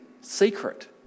secret